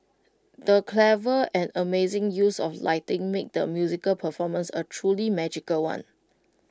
the clever and amazing use of lighting made the musical performance A truly magical one